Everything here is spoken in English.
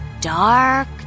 dark